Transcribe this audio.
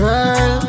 Girl